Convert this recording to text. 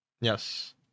Yes